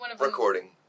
recording